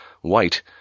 White